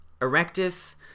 Erectus